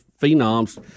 phenoms